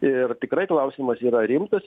ir tikrai klausimas yra rimtas